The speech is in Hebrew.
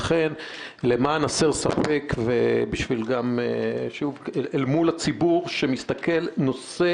לכן למען הסר ספק של הציבור הצופה בנו צריך לומר שנושא